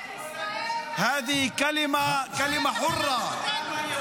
(זה המאבק הכי עצום, זה מאבק על חופש.